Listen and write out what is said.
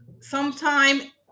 sometime